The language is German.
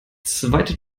zweite